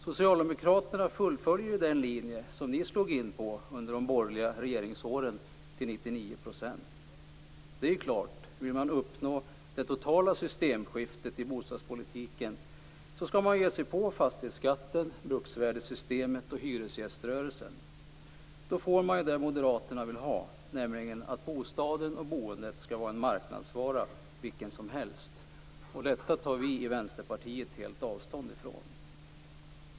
Socialdemokraterna fullföljer ju den linje som ni slog in på under de borgerliga regeringsåren till 99 %. Det är klart att man, om man vill uppnå det totala systemskiftet i bostadspolitiken, skall ge sig på fastighetsskatten, bruksvärdessystemet och hyresgäströrelsen. Då uppnår man det moderaterna vill ha, nämligen att bostaden och boendet är en marknadsvara vilken som helst. Detta tar vi i Vänsterpartiet helt avstånd ifrån.